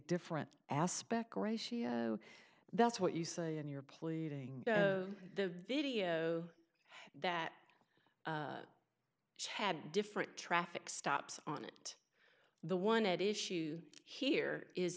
different aspect ratio that's what you say in your pleading the video that had different traffic stops on it the one at issue here is